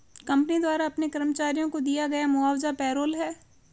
company द्वारा अपने कर्मचारियों को दिया गया मुआवजा पेरोल है